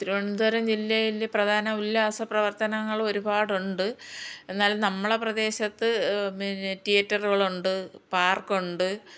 തിരുവനന്തപുരം ജില്ലയിൽ പ്രധാന ഉല്ലാസ പ്രവർത്തനങ്ങളൊരുപാടുണ്ട് എന്നാൽ നമ്മൾ പ്രദേശത്ത് പിന്നെ തീയേറ്ററുകളുണ്ട് പാർക്കുണ്ട്